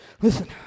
Listen